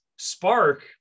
Spark